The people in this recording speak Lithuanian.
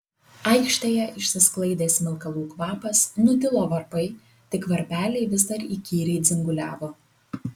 aikštėje išsisklaidė smilkalų kvapas nutilo varpai tik varpeliai vis dar įkyriai dzinguliavo